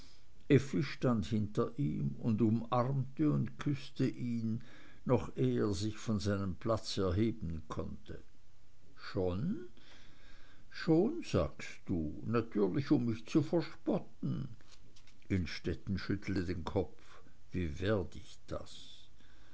stand hinter ihm und umarmte und küßte ihn noch eh euch von seinem platz erheben konnte schon schon sagst du natürlich um mich zu verspotten innstetten schüttelte den kopf wie werd ich das